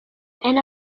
and